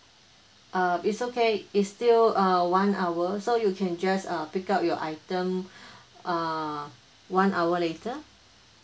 err it's okay it's still a one hour so you can just uh pick up your item err one hour later